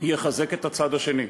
יחזק את הצד השני,